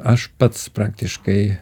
aš pats praktiškai